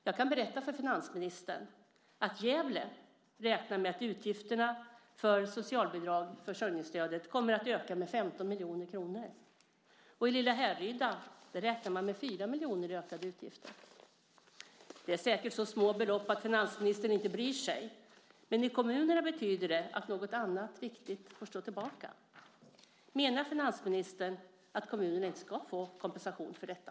Jag kan berätta för finansministern att Gävle räknar med att utgifterna för socialbidrag, försörjningsstödet, kommer att öka med 15 miljoner kronor. Och i lilla Härryda räknar man med 4 miljoner i ökade utgifter. Det är säkert så små belopp att finansministern inte bryr sig, men i kommunerna betyder det att något annat viktigt får stå tillbaka. Menar finansministern att kommunerna inte ska få kompensation för detta?